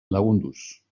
lagunduz